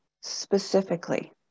specifically